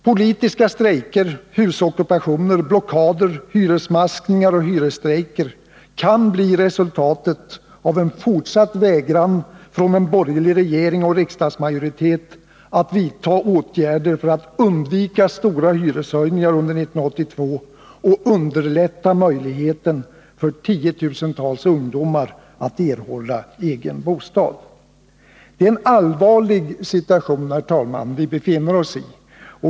Politiska strejker, husockupationer, blockader, hyresmaskningar och hyresstrejker kan bli resultatet av en fortsatt vägran från en borgerlig regering och riksdagsmajoritet att vidta åtgärder för att undvika stora hyreshöjningar under år 1982 och underlätta möjligheten för tiotusentals ungdomar att erhålla egen bostad. Herr talman! Det är en allvarlig situation vi befinner oss i.